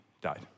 died